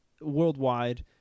worldwide